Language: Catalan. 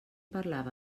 parlava